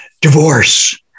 divorce